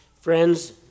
Friends